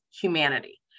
humanity